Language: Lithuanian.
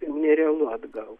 nerealu atgaut